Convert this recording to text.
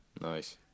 nice